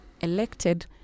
elected